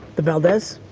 the valdez?